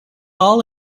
all